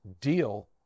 deal